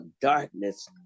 darkness